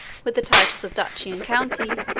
with the titles of duchy and county,